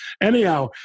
Anyhow